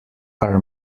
are